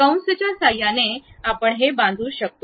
कंस च्या सहाय्याने आपण हे बांधू शकतो